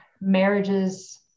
marriages